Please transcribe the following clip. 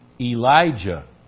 Elijah